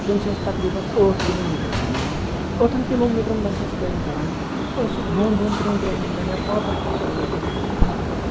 تِم چھِ اَسہِ تقریٖبن ٲٹھ کِلوٗمیٖٹَر سَمان ٲٹھَن کِلوٗمیٖٹرَن منٛز چھِ أسۍ کٲم کَران أسۍ چھِ دۄن دۄن ترٛٮ۪ن ترٛٮ۪ن مِنٹَن یا پنٛژَن پانٛژَن مِنٹَن تھَکھ کَڑان